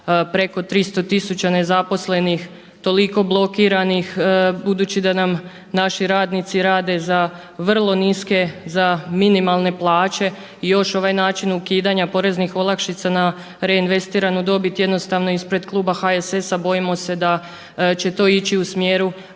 preko 300 tisuća nezaposlenih, toliko blokiranih, budući da nam naši radnici rade za vrlo niske, za minimalne plaće i još ovaj način ukidanja poreznih olakšica na reinvestiranu dobit jednostavno ispred kluba HSS-a bojimo se da će to ići u smjeru